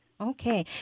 Okay